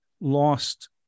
lost